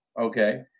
okay